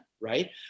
right